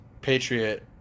patriot